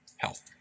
health